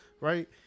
right